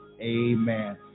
Amen